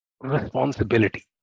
Responsibility